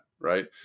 right